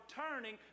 turning